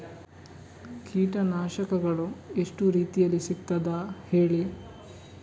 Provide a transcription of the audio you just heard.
ಕೀಟನಾಶಕಗಳು ಎಷ್ಟು ರೀತಿಯಲ್ಲಿ ಸಿಗ್ತದ ಹೇಳಿ